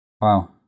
Wow